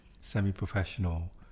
semi-professional